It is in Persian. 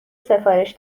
سفارش